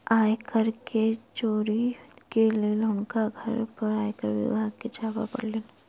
आय कर के चोरी के लेल हुनकर घर पर आयकर विभाग के छापा पड़लैन